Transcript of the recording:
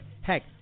heck